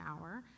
hour